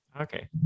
Okay